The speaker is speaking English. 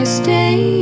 stay